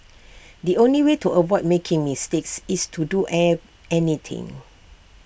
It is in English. the only way to avoid making mistakes is to do air anything